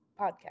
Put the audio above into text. podcast